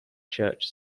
church